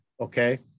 Okay